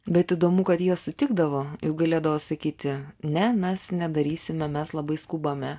bet įdomu kad jie sutikdavo juk galėdavo sakyti ne mes nedarysime mes labai skubame